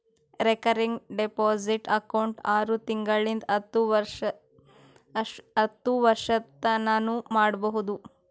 recurring deposit account ಆರು ತಿಂಗಳಿಂತ್ ಹತ್ತು ವರ್ಷತನಾನೂ ಮಾಡ್ಬೋದು